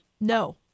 No